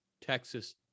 Texas